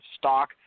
stock